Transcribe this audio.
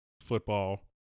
football